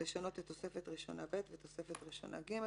לשנות את תוספת ראשונה ב' ותוספת ראשונה ג'".